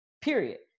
Period